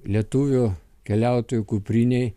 lietuvio keliautojo kuprinėj